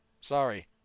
Sorry